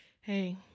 Hey